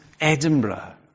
Edinburgh